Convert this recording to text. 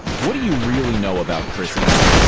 what do you really know about criss angel?